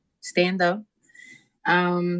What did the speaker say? stand-up